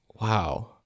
Wow